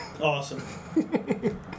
awesome